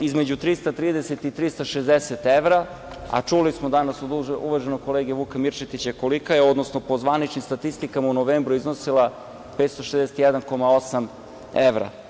između 330 i 360 evra, a čuli smo danas od uvaženog kolege Vuka Mirčetića kolika je, odnosno po zvaničnim statistikama u novembru iznosila je 561,8 evra.